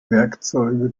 werkzeuge